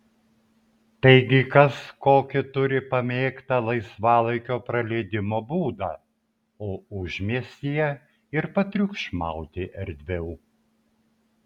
taigi kas kokį turi pamėgtą laisvalaikio praleidimo būdą o užmiestyje ir patriukšmauti erdviau